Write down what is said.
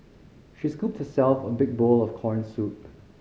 she scooped herself a big bowl of corn soup